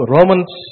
Romans